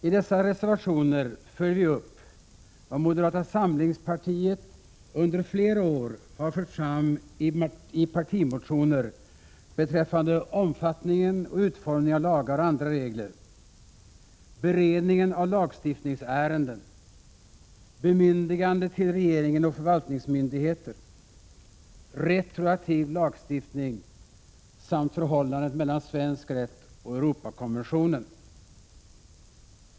I dessa reservationer följer vi upp vad moderata samlingspartiet under flera år i partimotioner har fört fram beträffande omfattningen och utformningen av lagar och andra regler, beredningen av lagstiftningsärenden, bemyndigande till regeringen och förvaltningsmyndigheter, retroaktiv lagstiftning samt förhållandet mellan svensk rätt och Europakonventionen.